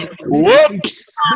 Whoops